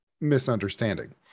misunderstanding